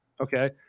Okay